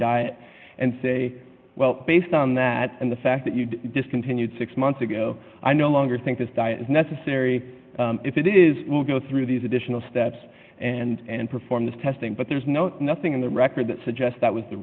diet and say well based on that and the fact that you'd discontinued six months ago i no longer think this diet is necessary if it is it will go through these additional steps and perform the testing but there is no nothing in the record that suggests that was the